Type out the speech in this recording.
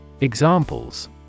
Examples